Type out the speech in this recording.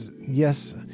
yes